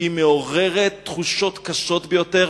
מעוררת תחושות קשות ביותר,